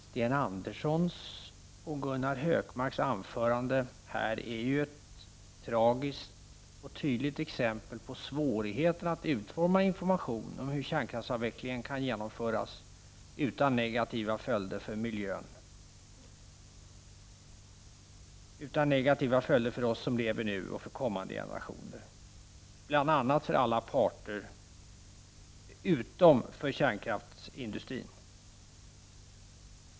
Sten Anderssons i Malmö och Gunnar Hökmarks anföranden är tragiska och tydliga exempel på svårigheterna att utforma information om hur kärnkraftsavvecklingen kan genomföras utan negativa följder för miljön, för oss som lever nu och för kommande generationer — utan negativa följder för någon utom för kärnkraftsindustrin.